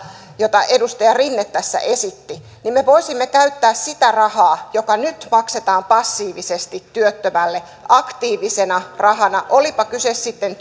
edustaja rinne tässä esitti me voisimme käyttää sitä rahaa joka nyt maksetaan passiivisesti työttömälle aktiivisena rahana olipa kyse sitten